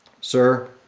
sir